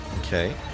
Okay